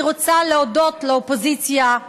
אני רוצה להודות לאופוזיציה,